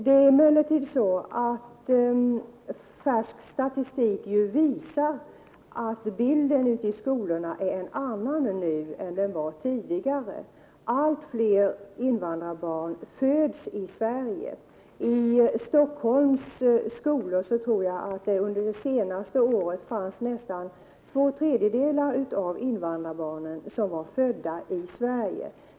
Det är emellertid så att färsk statistik visar att bilden av skolorna är en annan nu än tidigare. Allt fler invandrarbarn föds i Sverige. I Stockholms skolor var under det senaste året nästan två tredjedelar av. invandrarbarnen födda i Sverige.